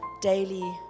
daily